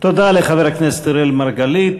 תודה לחבר הכנסת אראל מרגלית.